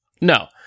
No